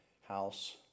house